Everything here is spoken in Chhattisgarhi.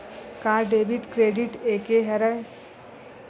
का डेबिट क्रेडिट एके हरय?